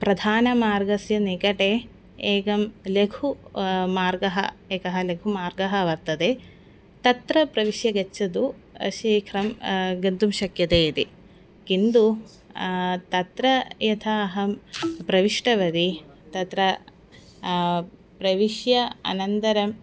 प्रधानमार्गस्य निकटे एकं लघु मार्गः एकः लघुमार्गः वर्तते तत्र प्रविश्य गच्छतु शीघ्रं गन्तुं शक्यते इति किन्दु तत्र यथा अहं प्रविष्टवदि तत्र प्रविश्य अनन्तरं